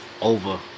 over